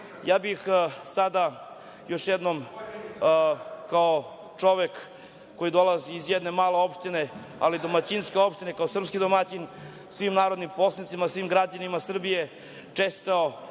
bih još jednom, kao čovek koji dolazi iz jedne male opštine, ali domaćinske opštine, kao srpski domaćin, svim narodnim poslanicima, svim građanima Srbije čestitao